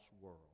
world